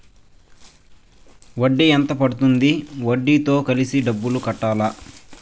వడ్డీ ఎంత పడ్తుంది? వడ్డీ తో కలిపి డబ్బులు కట్టాలా?